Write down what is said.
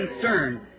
concerned